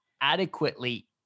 adequately